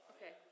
Okay